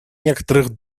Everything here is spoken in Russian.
некоторых